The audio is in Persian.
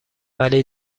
ولی